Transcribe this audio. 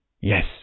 yes